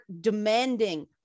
demanding